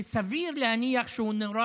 היא שסביר להניח שהוא נורה